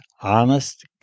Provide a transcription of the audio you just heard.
honest